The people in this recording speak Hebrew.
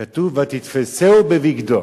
כתוב: "ותתפסהו בבגדו".